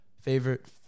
Favorite